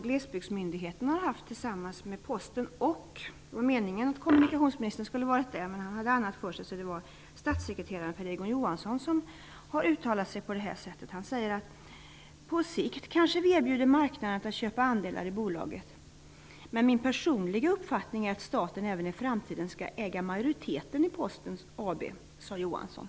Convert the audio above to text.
Glesbygdsmyndigheten och Posten har haft en konferens tillsammans. Meningen var att kommunikationsministern skulle varit där. Men han hade annat för sig. Det var statssekreterare Per Egon Johansson som uttalade sig på detta sätt. Det står i artikeln: ''På sikt kanske vi erbjuder marknaden att köpa andelar i bolaget. Men min personliga uppfattning är att staten även i framtiden skall äga majoriteten i Posten AB, sade Johansson.''